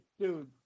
Dude